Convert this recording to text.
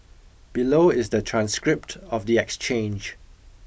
below is the transcript of the exchange